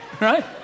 right